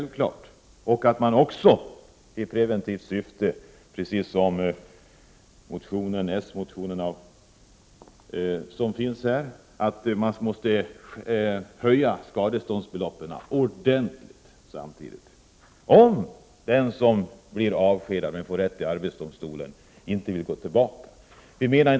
Vi föreslår också — precis som man gör i en motion från socialdemokraterna — att mani preventivt syfte måste höja skadeståndsbeloppen ordentligt. En person som har blivit avskedad men fått rätt i arbetsdomstolen skall dock inte tvingas tillbaka till arbetsplatsen.